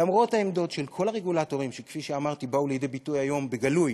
למרות העמדות של כל הרגולטורים שכפי שאמרתי באו לידי ביטוי היום בגלוי